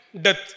death